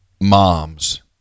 moms